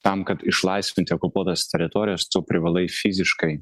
tam kad išlaisvinti okupuotas teritorijas tu privalai fiziškai